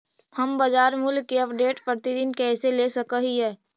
हम बाजार मूल्य के अपडेट, प्रतिदिन कैसे ले सक हिय?